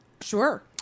Sure